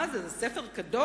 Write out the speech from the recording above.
מה זה, זה ספר קדוש?